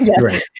right